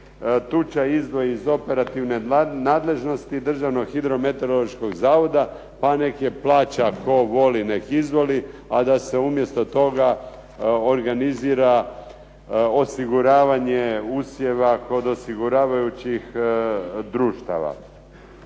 tuča izdvoji iz operativne nadležnosti Državnog hidrometeorološkog zavoda, pa nek je plaća tko voli nek izvoli, a da se umjesto toga organizira osiguravanje usjeva kod osiguravajućih društava.